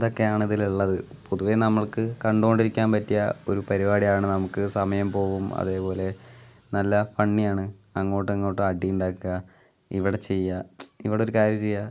ഇതൊക്കെയാണ് ഇതിലുള്ളത് പൊതുവെ നമുക്ക് കണ്ടു കൊണ്ടിരിക്കാൻ പറ്റിയ ഒരു പരിപാടിയാണ് നമുക്ക് സമയം പോകും അതേപോലെ നല്ല ഫണ്ണിയാണ് അങ്ങോട്ടങ്ങോട്ട് അടിയുണ്ടാക്കുക ഇവിടെ ചെയ്യുക ഇവിടെയൊരു കാര്യം ചെയ്യുക